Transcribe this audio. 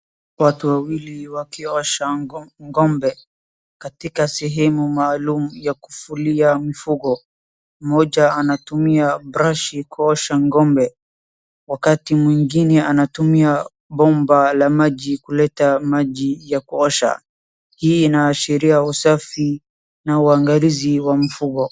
Watu wawili wakiosha ngombe wakiwa katika sehemu maalum ya kufulia mifugo. Mmoja anatumia brashi kuosha ngombe wakati mwingine anatumia bomba la maji kuleta maji ya kuosha. Hii inaashiria usafi na uangalizi wa mfugo.